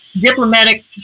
diplomatic